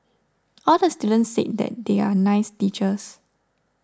all the students said that they are nice teachers